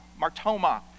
Martoma